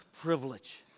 privilege